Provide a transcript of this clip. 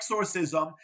exorcism